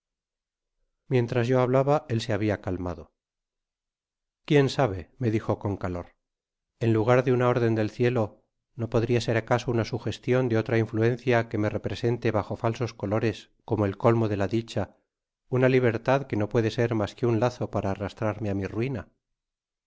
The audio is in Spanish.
mientras yo hablaba él se habia calmado i jquién sabe mo dijo con calor en lugar de upa órden del cielo no podria ser acaso una sugestion de otra influencia que me represente bajo falsos colores copio el colmo de la dicha una libertad que no puede se mas que un lazo para arrastrarme á mi ruina